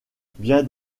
bien